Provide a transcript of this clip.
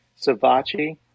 Savachi